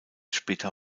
später